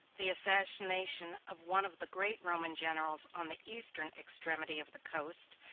the assassination of one of the great roman generals on the eastern extremity of the coast,